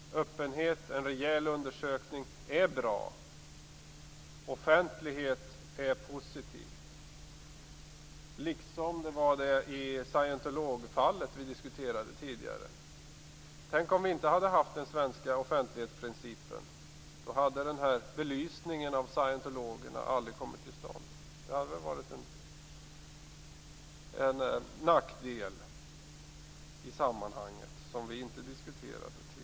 Öppenhet, en rejäl undersökning, är bra. Offentlighet är positivt - liksom det var i scientologfallet, som vi diskuterade tidigare. Tänk om vi inte hade haft den svenska offentlighetsprincipen! Då hade denna belysning av scientologerna aldrig kommit till stånd. Det hade väl varit en nackdel i sammanhanget som vi inte diskuterade tidigare.